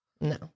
No